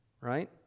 Right